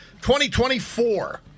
2024